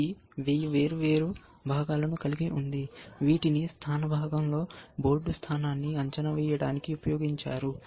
ఇది 1000 వేర్వేరు భాగాలను కలిగి ఉంది వీటిని స్థాన భాగంలో బోర్డు స్థానాన్ని అంచనా వేయడానికి ఉపయోగించారు